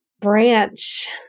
branch